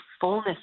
fullness